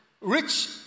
rich